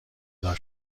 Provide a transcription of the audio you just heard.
دار